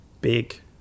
big